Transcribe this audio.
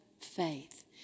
faith